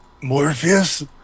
Morpheus